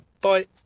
bye